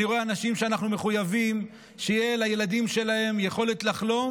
אני רואה אנשים שאנחנו מחויבים שתהיה לילדים שלהם יכולת לחלום